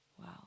wow